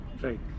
Right